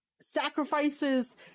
sacrifices